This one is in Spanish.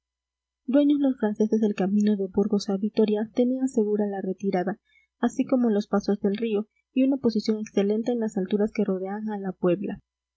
dueños los franceses del camino de burgos a vitoria tenían segura la retirada así como los pasos del río y una posición excelente en las alturas que rodean a la puebla